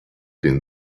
den